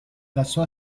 casó